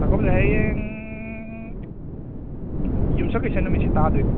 ꯆꯥꯀꯧꯕꯁꯤ ꯍꯌꯦꯡ ꯌꯨꯝꯁꯥꯀꯩꯁꯥ ꯅꯨꯃꯤꯠꯁꯤ ꯇꯥꯗꯣꯏꯕ